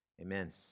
amen